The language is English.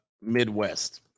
Midwest